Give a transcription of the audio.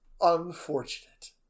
unfortunate